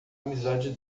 amizade